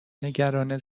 نگران